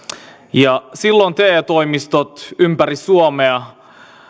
silloin te toimistot ympäri suomea